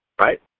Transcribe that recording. right